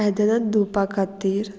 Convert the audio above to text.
आयदनांत धुवपा खातीर